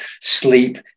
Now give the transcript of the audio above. sleep